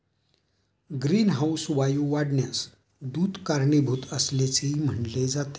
greenhouse वायू वाढण्यास दूध कारणीभूत असल्याचेही म्हटले आहे